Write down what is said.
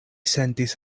sentis